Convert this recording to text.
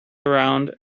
around